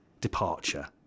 departure